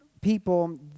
people